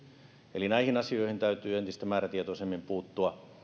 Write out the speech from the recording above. eli näihin asioihin täytyy entistä määrätietoisemmin puuttua